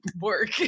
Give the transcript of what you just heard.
work